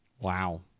Wow